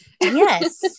yes